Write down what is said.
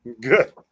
Good